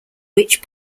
which